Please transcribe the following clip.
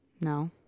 No